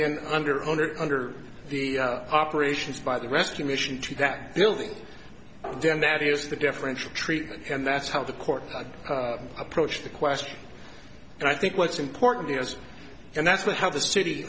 in under owner under the operations by the rescue mission to that building then that is the differential treatment and that's how the court approached the question and i think what's important here is and that's not how the city